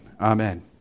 Amen